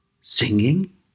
singing